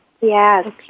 Yes